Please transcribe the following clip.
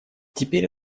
теперь